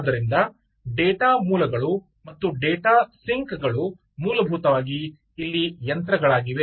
ಆದ್ದರಿಂದ ಡೇಟಾ ಮೂಲಗಳು ಮತ್ತು ಡೇಟಾ ಸಿಂಕ್ ಗಳು ಮೂಲಭೂತವಾಗಿ ಇಲ್ಲಿ ಯಂತ್ರಗಳಾಗಿವೆ